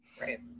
Right